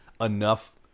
enough